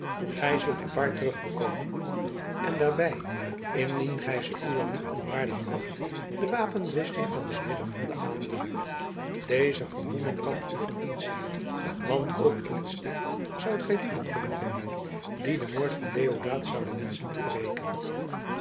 gij zult uw paard terugbekomen en daarbij indien gij ze uwer niet onwaardig acht de wapenrusting van den ridder van den adelaar deze vermomming kan u van dienst zijn want ook in t sticht zoudt gij lieden kunnen vinden die den moord van deodaat zouden wenschen te wreken